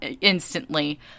instantly